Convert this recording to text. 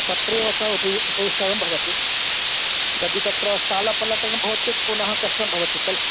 तत्रैव सह उप उपविष्टं भवति यदि तत्र स्थानपलटनं भवति तत् पुनः कष्टं भवति खलु